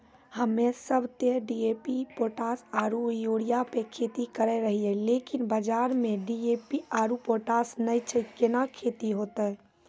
हम्मे सब ते डी.ए.पी पोटास आरु यूरिया पे खेती करे रहियै लेकिन बाजार मे डी.ए.पी आरु पोटास नैय छैय कैना खेती होते?